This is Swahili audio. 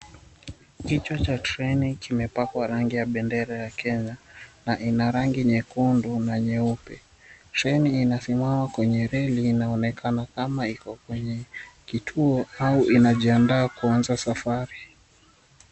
Kichwa cha train kimepakwa rangi ya bendera ya Kenya. Na ina rangi nyekundu na nyeupe. train inasimama kwenye reli inaonekana kama Iko kwenye kituo au inajiandaa kuanza safari.